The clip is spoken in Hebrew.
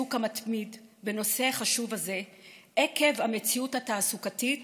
לעיסוק המתמיד בנושא החשוב הזה עקב המציאות התעסוקתית